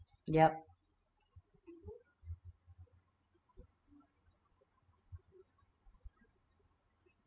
yup